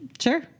Sure